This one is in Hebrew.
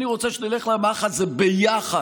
אני רוצה שנלך למהלך הזה ביחד,